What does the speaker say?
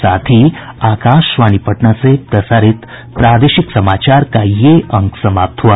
इसके साथ ही आकाशवाणी पटना से प्रसारित प्रादेशिक समाचार का ये अंक समाप्त हुआ